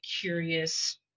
curious